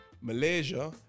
malaysia